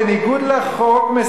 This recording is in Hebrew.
בניגוד לחוק,